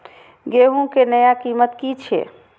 गेहूं के नया कीमत की छे?